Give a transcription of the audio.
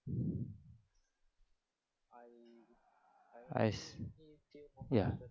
I se~ ya